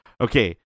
okay